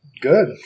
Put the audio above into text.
Good